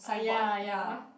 ya ya